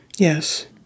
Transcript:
Yes